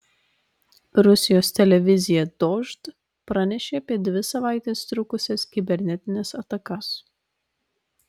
rusijos televizija dožd pranešė apie dvi savaites trukusias kibernetines atakas